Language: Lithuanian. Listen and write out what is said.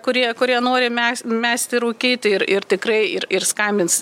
kurie kurie nori mest mesti rūkyti ir ir tikrai ir ir skambins